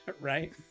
Right